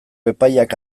epaiak